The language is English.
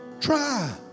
Try